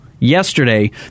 Yesterday